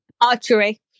Archery